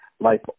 life